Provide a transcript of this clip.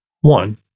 one